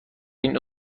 این